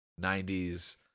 90s